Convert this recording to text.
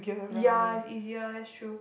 ya it's easier that's true